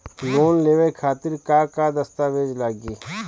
Loan लेवे खातिर का का दस्तावेज लागी?